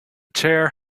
chair